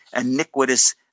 iniquitous